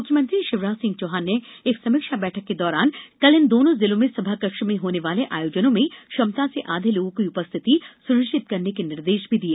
मुख्यमंत्री शिवराज सिंह चौहान ने एक समीक्षा बैठक के दौरान कल इन दोनों जिलों में सभा कक्ष में होने वाले आयोजनों में क्षमता से आधे लोगों की उपस्थिति सुनिश्चित करने के निर्देश भी दिए